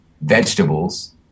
vegetables